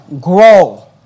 grow